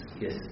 Yes